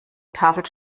tafel